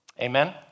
Amen